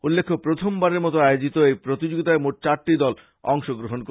উল্লেখ্য প্রথম বারের মতো আয়োজিত এই প্রতিযোগীতায় মোট চারটি দল অংশগ্রহন করে